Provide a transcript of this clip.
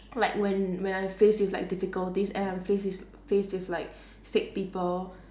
like when when I faced with like difficulties and I'm faced is faced with like fake people